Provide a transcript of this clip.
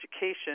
education